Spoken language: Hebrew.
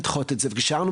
אז לתפיסתך,